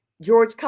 george